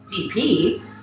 DP